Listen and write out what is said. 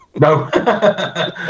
No